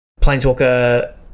Planeswalker